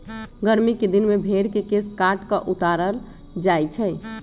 गरमि कें दिन में भेर के केश काट कऽ उतारल जाइ छइ